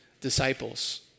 disciples